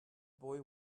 boy